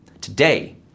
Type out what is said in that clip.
Today